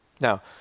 Now